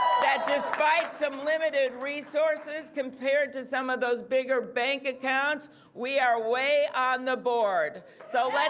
that despite some limited resources compared to some of those bigger bank accounts we are way on the board so